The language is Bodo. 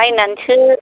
बायनानैसो